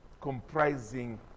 comprising